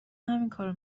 همینکارو